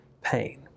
pain